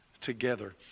together